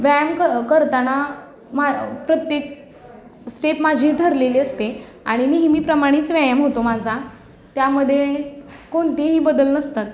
व्यायाम क करताना मा प्रत्येक स्टेप माझी धरलेली असते आणि नेहमीप्रमाणेच व्यायाम होतो माझा त्यामध्ये कोणतेही बदल नसतात